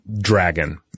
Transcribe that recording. dragon